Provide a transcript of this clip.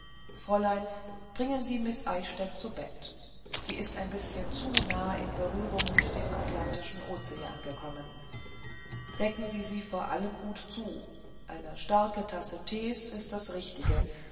fräulein bringen sie miß eichstädt zu bett sie ist ein bißchen zu nahe in berührung mit dem atlantischen ozean gekommen decken sie sie vor allem gut zu eine tasse starken tees ist das richtige